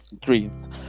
dreams